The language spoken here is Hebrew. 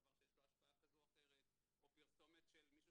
דבר שיש לו השפעה כזו או אחרת או פרסומת של מישהו